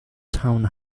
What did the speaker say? town